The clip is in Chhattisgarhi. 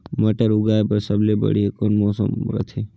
मटर उगाय बर सबले बढ़िया कौन मौसम रथे?